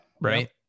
Right